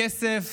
הכסף